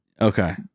Okay